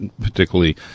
particularly